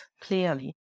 clearly